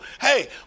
Hey